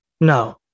no